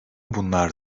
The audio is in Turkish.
bunlar